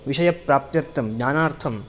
विषयप्राप्त्यर्थं ज्ञानार्थं